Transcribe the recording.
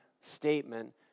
statement